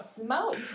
smoke